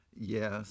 Yes